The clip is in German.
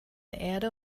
erde